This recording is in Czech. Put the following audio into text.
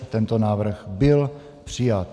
Tento návrh byl přijat.